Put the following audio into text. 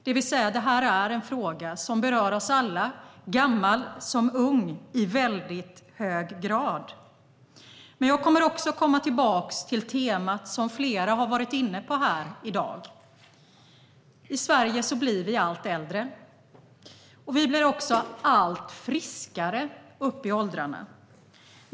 Det här är en fråga som berör oss alla, gammal som ung, i hög grad. Jag kommer också att komma tillbaka till temat som flera har varit inne på här i dag: I Sverige blir vi allt äldre. Vi förblir också alltmer friska högre upp i åldrarna.